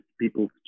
People's